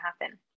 happen